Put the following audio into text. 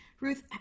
Ruth